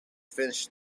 finished